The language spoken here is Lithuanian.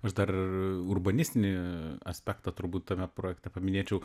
aš dar ir urbanistinį aspektą turbūt tame projekte paminėčiau